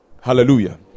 Hallelujah